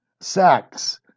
sex